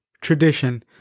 tradition